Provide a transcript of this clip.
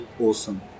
Awesome